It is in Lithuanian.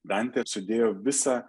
dantė sudėjo visą